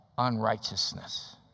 unrighteousness